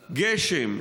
גשם,